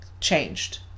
changed